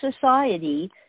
society